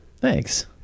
Thanks